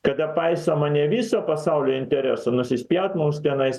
kada paisoma ne viso pasaulio interesų nusispjaut mums tenais